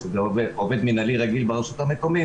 לעובד מנהלי רגיל ברשות המקומית,